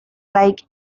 like